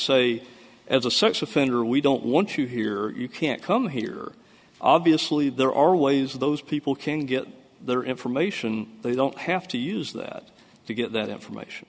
say as a sex offender we don't want you here you can't come here obviously there are always those people can get their information they don't have to use that to get that information